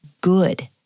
Good